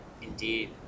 indeed